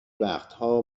وقتها